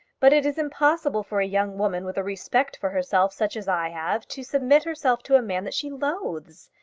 but it is impossible for a young woman with a respect for herself such as i have to submit herself to a man that she loathes.